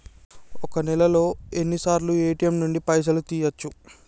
ఒక్క నెలలో ఎన్నిసార్లు ఏ.టి.ఎమ్ నుండి పైసలు తీయచ్చు?